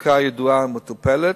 מצוקה ידועה ומטופלת,